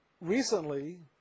recently